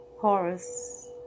Horus